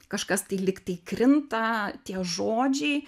kažkas tai lygtai krinta tie žodžiai